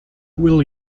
will